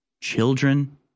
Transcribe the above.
Children